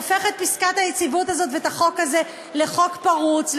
הופכת את פסקת היציבות הזאת ואת החוק הזה לחוק פרוץ,